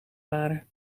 waren